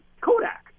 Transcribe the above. Kodak